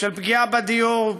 של פגיעה בדיור,